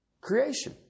Creation